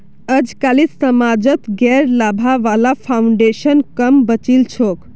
अजकालित समाजत गैर लाभा वाला फाउन्डेशन क म बचिल छोक